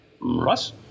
Russ